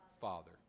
father